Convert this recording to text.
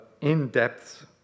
in-depth